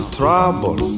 trouble